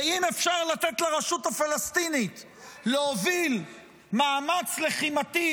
כי אם אפשר לתת לרשות הפלסטינית להוביל מאמץ לחימתי